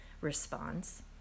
response